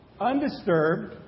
undisturbed